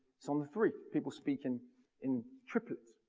it's on the three people speak in in triplets,